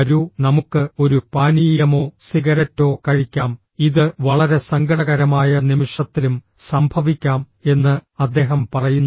വരൂ നമുക്ക് ഒരു പാനീയമോ സിഗരറ്റോ കഴിക്കാം ഇത് വളരെ സങ്കടകരമായ നിമിഷത്തിലും സംഭവിക്കാം എന്ന് അദ്ദേഹം പറയുന്നു